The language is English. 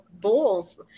Bulls